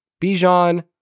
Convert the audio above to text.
Bijan